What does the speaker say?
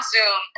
Zoom